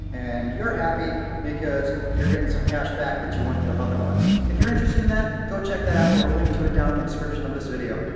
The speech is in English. and you're happy because you're getting some cash back that you wouldn't have otherwise. if you're interested in that go check that out we'll link to it down in the description of this video.